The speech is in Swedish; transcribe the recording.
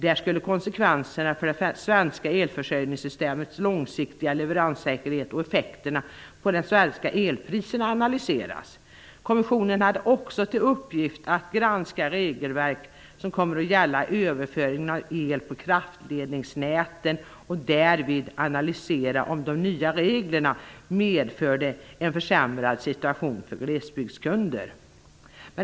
Där skulle konsekvenserna för det svenska elförsörjningssystemets långsiktiga leveranssäkerhet och effekterna på de svenska elpriserna analyseras. Kommissionen hade också till uppgift att granska regelverk som kommer att gälla överföring av el på kraftledningsnäten och därvid analysera om de nya reglerna medförde en försämrad situation för glesbygdskunder.